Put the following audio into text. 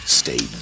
stay